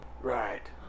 Right